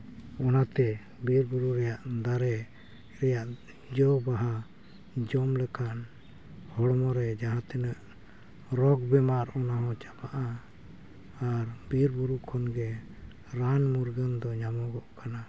ᱚᱱᱟᱛᱮ ᱵᱤᱨ ᱵᱩᱨᱩ ᱨᱮᱭᱟᱜ ᱫᱟᱨᱮ ᱨᱮᱭᱟᱜ ᱡᱚ ᱵᱟᱦᱟ ᱡᱚᱢ ᱞᱮᱠᱷᱟᱱ ᱦᱚᱲᱢᱚᱨᱮ ᱡᱟᱦᱟᱸ ᱛᱤᱱᱟᱹᱜ ᱨᱳᱜᱽ ᱵᱮᱢᱟᱨ ᱚᱱᱟᱦᱚᱸ ᱪᱟᱵᱟᱜᱼᱟ ᱟᱨ ᱵᱤᱨ ᱵᱩᱨᱩ ᱠᱷᱚᱱᱜᱮ ᱨᱟᱱ ᱢᱩᱨᱜᱟᱹᱱ ᱫᱚ ᱧᱟᱢᱚᱜᱚᱜ ᱠᱟᱱᱟ